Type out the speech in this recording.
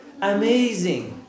Amazing